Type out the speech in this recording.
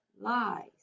lies